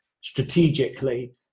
strategically